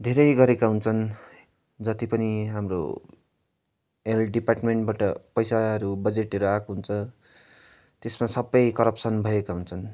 धेरै गरेका हुन्छन् जति पनि हाम्रो हेल्थ डिपार्टमेन्टबाट पैसाहरू बजेटहरू आएको हुन्छ त्यसमा सबै करप्सन भएका हुन्छन्